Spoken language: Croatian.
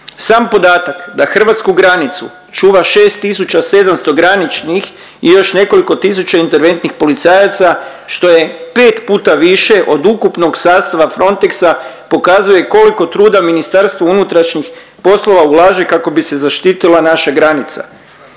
Sam podatak da hrvatsku granicu čuva 6700 graničnih i još nekoliko tisuća interventnih policajaca, što je 5 puta više od ukupnog sastava Frontexa, pokazuje koliko truda Ministarstvo unutrašnjih poslova ulaže kako bi se zaštitila naša granica.